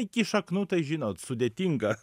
iki šaknų tai žinot sudėtinga